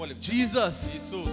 Jesus